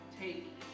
Take